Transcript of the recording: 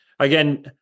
Again